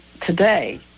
today